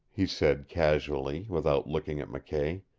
he said casually, without looking at mckay.